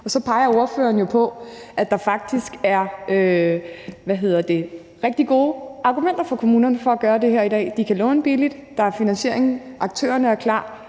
Og så peger ordføreren jo på, at der faktisk er rigtig gode argumenter for kommunerne for at gøre det her i dag. De kan låne billigt, der er finansiering, og aktørerne er klar.